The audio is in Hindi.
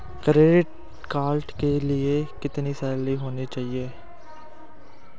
क्रेडिट कार्ड के लिए कितनी सैलरी होनी चाहिए?